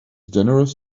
generous